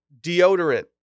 deodorant